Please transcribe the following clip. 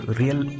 real